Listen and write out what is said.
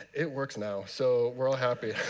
it works now, so we're all happy.